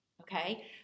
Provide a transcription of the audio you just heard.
Okay